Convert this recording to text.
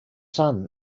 son